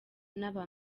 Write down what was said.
n’aba